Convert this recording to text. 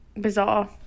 bizarre